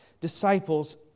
disciples